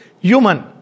human